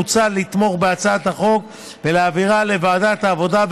מוצע לתמוך בהצעת החוק ולהעבירה לוועדת העבודה,